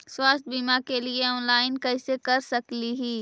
स्वास्थ्य बीमा के लिए ऑनलाइन कैसे कर सकली ही?